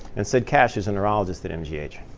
and syd cash is a neurologist at mgh.